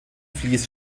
vlies